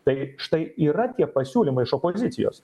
tai štai yra tie pasiūlymai iš opozicijos